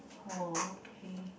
oo okay